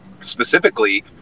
specifically